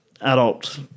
adult